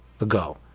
ago